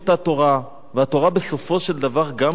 והתורה בסופו של דבר גם קיימה אותו.